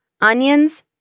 Onions